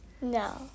No